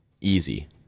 Easy